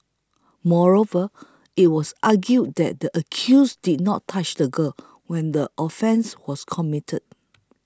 moreover it was argued that the accused did not touch the girl when the offence was committed